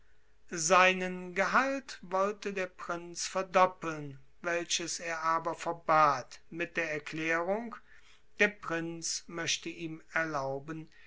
seinen gehalt wollte der prinz verdoppeln welches er aber verbat mit der erklärung der prinz möchte ihm erlauben